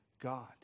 God